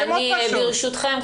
ברשותכם,